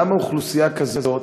למה אוכלוסייה כזאת